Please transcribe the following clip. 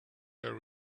her